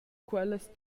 quellas